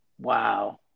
Wow